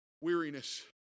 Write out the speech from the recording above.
Weariness